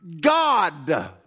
god